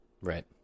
right